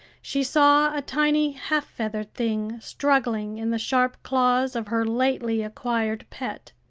she saw a tiny half-feathered thing struggling in the sharp claws of her lately acquired pet.